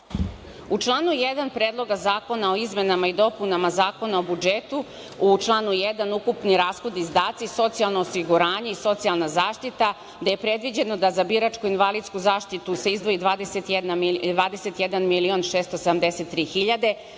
U članu 1. Predloga zakona o izmenama i dopunama Zakona o budžetu, u članu 1. - ukupni rashodi i izdaci, socijalno osiguranje i socijalna zaštita, a gde je predviđeno da za boračku i invalidsku zaštitu se izdvoji 21.673.000 hiljade,